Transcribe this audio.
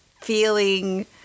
feeling